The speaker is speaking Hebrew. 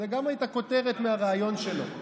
זאת גם הייתה כותרת מהריאיון שלו.